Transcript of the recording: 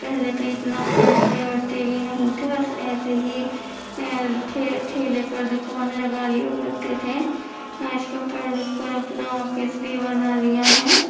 پہلے تو اتنا پڑھتے وڑھتے بھی نہیں تھے بس ایسے ہی ٹھیے ٹھیلے پر دکان لگا لیا کرتے تھے اس کا پڑھ لکھ کر اپنا آفس بھی بنا لیا ہے